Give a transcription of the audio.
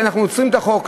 כשאנחנו לא עוצרים את החוק,